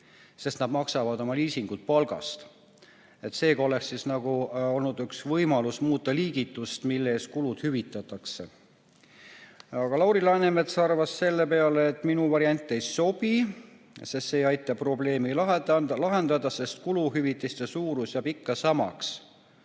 sest nad maksavad liisingud oma palgast. Seega oleks olnud üks võimalus muuta liigitust, mille eest kulud hüvitatakse. Aga Lauri Läänemets arvas selle peale, et minu variant ei sobi – see ei aita probleemi lahendada, sest kuluhüvitiste suurus jääb ikka samaks.